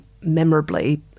memorably